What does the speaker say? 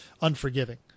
unforgiving